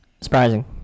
Surprising